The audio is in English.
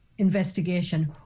investigation